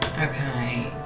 Okay